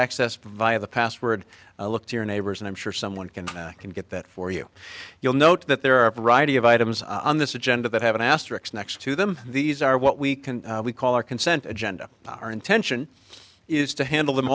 access via the password look to your neighbors and i'm sure someone can can get that for you you'll note that there are a variety of items on this agenda that have an asterix next to them these are what we can we call our consent agenda our intention is to handle them